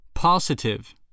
Positive